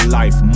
life